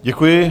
Děkuji.